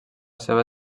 seva